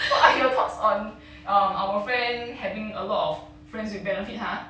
what are your thoughts on um our friend having a lot of friends with benefit !huh!